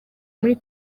muri